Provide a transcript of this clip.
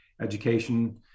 education